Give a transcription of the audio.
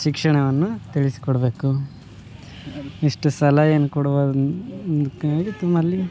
ಶಿಕ್ಷಣವನ್ನು ತಿಳಿಸಿಕೊಡಬೇಕು ಇಷ್ಟು ಸಲಹೆಯನ್ನು ಕೊಡುವ ನಿಮ್ಮಲ್ಲಿ